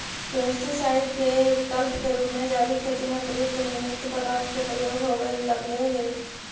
pesticide के विकल्प के रूप में जैविक खेती में प्रयुक्त नीमयुक्त पदार्थ के प्रयोग होवे लगले हि